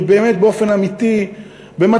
כי באמת באופן אמיתי במתמטיקה,